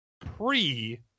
pre